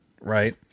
right